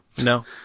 No